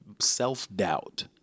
self-doubt